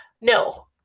No